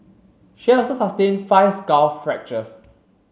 she had also sustain five skull fractures